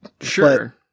Sure